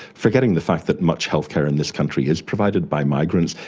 forgetting the fact that much healthcare in this country is provided by migrants,